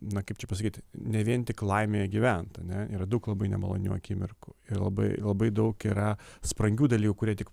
na kaip čia pasakyt ne vien tik laimėje gyvent ane yra daug labai nemalonių akimirkų ir labai labai daug yra sprangių dalykų kurie tik